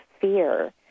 fear